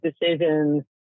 decisions